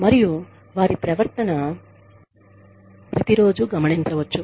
మరియు వారి ప్రవర్తన ప్రతి రోజు గమనించవచ్చు